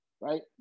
right